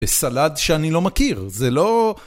בסלד שאני לא מכיר, זה לא...